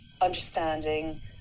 understanding